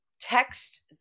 text